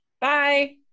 bye